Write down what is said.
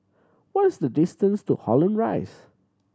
what is the distance to Holland Rise